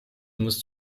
musst